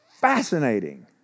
fascinating